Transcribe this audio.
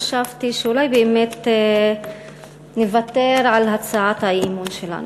חשבתי שאולי באמת נוותר על הצעת האי-אמון שלנו,